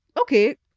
okay